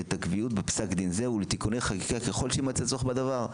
בפסק דין זה ולתיקוני חקיקה ככל שיימצא צורך בדבר.